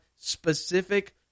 specific